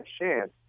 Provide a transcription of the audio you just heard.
chance